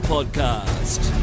Podcast